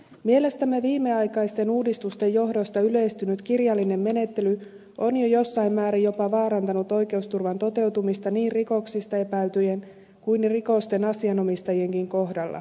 mielestämme viimeaikaisten uudistusten johdosta yleistynyt kirjallinen menettely on jo jossain määrin jopa vaarantanut oikeusturvan toteutumista niin rikoksista epäiltyjen kuin rikosten asianomistajienkin kohdalla